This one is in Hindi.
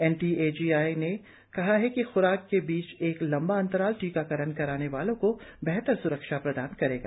N T A G I ने कहा है कि ख्राक के बीच एक लंबा अंतराल टीकाकरण कराने वालों को बेहतर स्रक्षा प्रदान करेगा